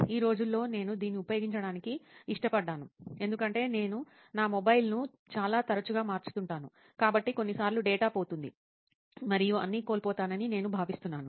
ఈ రోజుల్లో నేను దీన్ని ఉపయోగించటానికి ఇష్టపడ్డాను ఎందుకంటే నేను నా మొబైల్ను చాలా తరచుగా మార్చుతుంటాను కాబట్టి కొన్నిసార్లు డేటా పోతుంది మరియు అన్నీ కోల్పోతానని నేను భావిస్తున్నాను